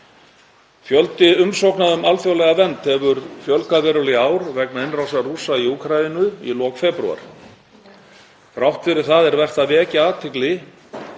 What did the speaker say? Fjöldi umsókna um alþjóðlega vernd hefur fjölgað verulega í ár vegna innrásar Rússa í Úkraínu í lok febrúar. Þrátt fyrir það er vert að vekja athygli